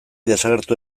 desagertu